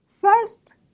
First